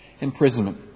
imprisonment